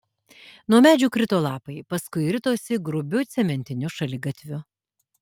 nuo medžių krito lapai paskui ritosi grubiu cementiniu šaligatviu